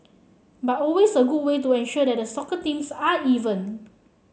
but always a good way to ensure that the soccer teams are even